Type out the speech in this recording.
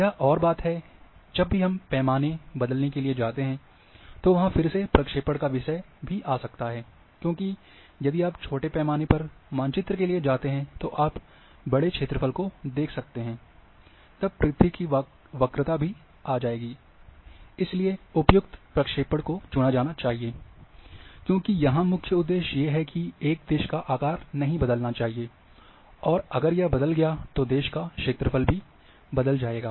एक और बात जब भी हम पैमाने बदलने के लिए जाते हैं तो वहाँ फिर से प्रक्षेपण का विषय भी आ सकता है क्योंकि यदि आप छोटे पैमाने पर मानचित्र के लिए जाते हैं तो आप बड़े क्षेत्रफल को देख सकते हैं तब पृथ्वी की वक्रता भी आ जायेगी इसलिए उपयुक्त प्रक्षेपण को चुना जाना चाहिए क्योंकि यहाँ मुख्य उद्देश्य ये है की एक देश का आकार नहीं बदलना चाहिए और अगर यह बदल गया तो देश का क्षेत्रफल भी बदल जाएगा